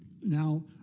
Now